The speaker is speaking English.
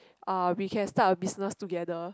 uh we can start a business together